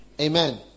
Amen